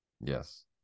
Yes